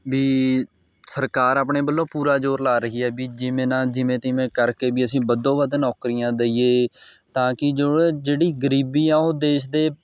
ਵੀ ਸਰਕਾਰ ਆਪਣੇ ਵੱਲੋਂ ਪੂਰਾ ਜ਼ੋਰ ਲਾ ਰਹੀ ਹੈ ਵੀ ਜਿਵੇਂ ਨਾ ਜਿਵੇਂ ਤਿਵੇਂ ਕਰਕੇ ਵੀ ਅਸੀਂ ਵੱਧੋ ਵੱਧ ਨੌਕਰੀਆਂ ਦਈਏ ਤਾਂ ਕਿ ਜੋ ਜਿਹੜੀ ਗਰੀਬੀ ਹੈ ਉਹ ਦੇਸ਼ ਦੇ